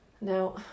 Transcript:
Now